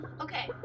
okay